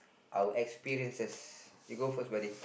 our experiences you go first buddy